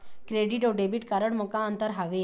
Credit अऊ debit card म का अंतर हावे?